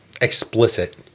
explicit